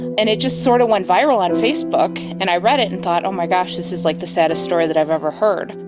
and it just sort of went viral on facebook and i read it and i thought, oh my gosh, this is like the saddest story that i've ever heard.